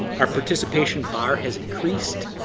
our participation bar has increased.